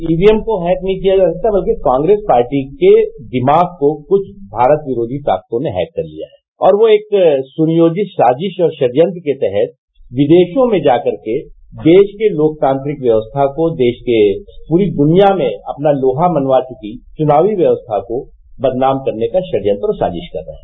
EVM को hack नहीं किया जा सकता बल्कि कांग्रेस पार्टी के दिमाग को कुछ भारत विरोची ताकतों ने हैक कर लिया है और वह एक सुनियोजित साजिश और षज्वंन के तहत विदेशों में जा करके देश के लोकतांत्रिक व्यवस्था को देश के पूरी दुनिया में अपना लोहा मनवा चुकी चुनावी व्यवस्था को बदनाम करने का षड्यंत्र और साजिश कर रहे हैं